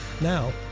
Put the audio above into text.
Now